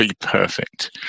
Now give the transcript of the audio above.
Perfect